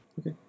Okay